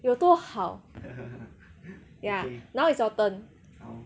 有多好 ya now is your turn